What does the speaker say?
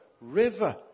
river